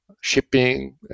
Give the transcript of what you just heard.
shipping